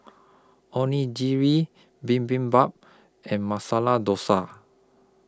Onigiri Bibimbap and Masala Dosa